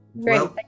Great